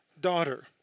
daughter